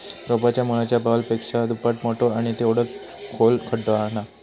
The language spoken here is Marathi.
रोपाच्या मुळाच्या बॉलपेक्षा दुप्पट मोठो आणि तेवढोच खोल खड्डो खणा